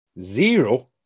Zero